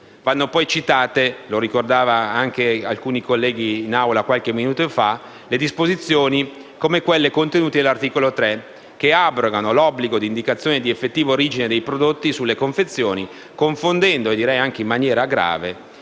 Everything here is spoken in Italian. Vanno poi citate - lo ricordavano alcuni colleghi intervenuti in Assemblea pochi minuti fa - disposizioni come quelle contenute nell'articolo 3, che abrogano l'obbligo di indicazione di effettiva origine dei prodotti sulle confezioni, confondendo in maniera grave